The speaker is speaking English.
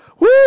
Woo